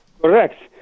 Correct